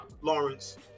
Lawrence